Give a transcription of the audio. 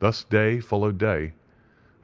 thus day followed day